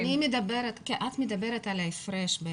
את מדברת על ההפרש.